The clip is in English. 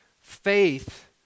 Faith